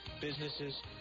businesses